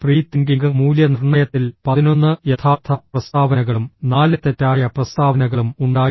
pre thinking മൂല്യനിർണ്ണയത്തിൽ 11 യഥാർത്ഥ പ്രസ്താവനകളും 4 തെറ്റായ പ്രസ്താവനകളും ഉണ്ടായിരുന്നു